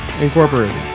Incorporated